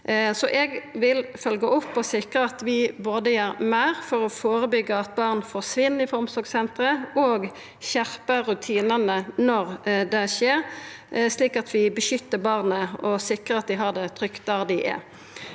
opp og sikra at vi gjer meir for å førebyggja at barn forsvinn frå omsorgssentera, og skjerpa rutinane når det skjer, slik at vi beskyttar barna og sikrar at dei har det trygt der dei er.